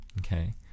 Okay